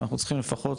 אנחנו צריכים לפחות